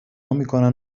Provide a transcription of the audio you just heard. میکنن